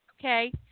okay